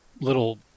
little